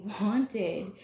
wanted